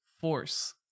force